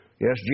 Yes